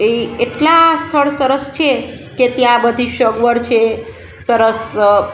એ એટલાં સ્થળ સરસ છે કે ત્યાં બધી સગવડ છે સરસ